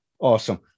Awesome